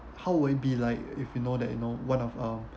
how will it be like if you know that you know one of uh